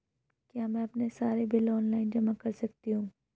क्या मैं अपने सारे बिल ऑनलाइन जमा कर सकती हूँ?